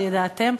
הידעתם?